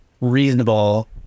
reasonable